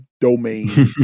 domain